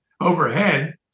overhead